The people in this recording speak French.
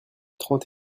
trente